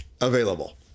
available